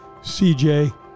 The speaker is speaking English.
CJ